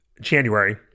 January